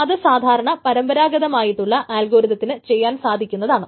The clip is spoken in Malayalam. അത് സാധാരണ പരമ്പരാഗതമായിട്ടുള്ള ആൽഗോരിതത്തിന് ചെയ്യാൻ സാധിക്കുന്നതാണ്